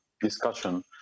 discussion